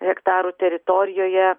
hektarų teritorijoje